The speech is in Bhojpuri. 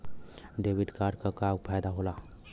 डेबिट कार्ड क का फायदा हो ला?